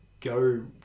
go